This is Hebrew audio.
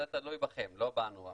זה תלוי בכם, המחוקק, לא בנו.